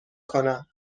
کنم